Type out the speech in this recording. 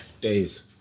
days